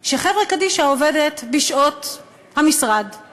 שחברה קדישא עובדת בשעות המשרד,